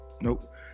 Nope